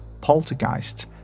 poltergeists